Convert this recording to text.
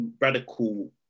radical